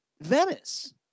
Venice